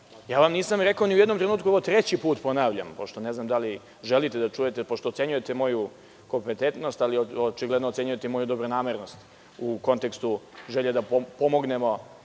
problema. Nisam vam ni u jednom trenutku rekao i ovo treći put ponavljam, pošto ne znam da li želite da čujete, pošto ocenjujete moju kompetentnost, ali očigledno ocenjujete i moju dobronamernost u kontekstu da pomognemo,